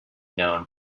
known